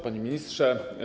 Panie Ministrze!